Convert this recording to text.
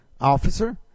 officer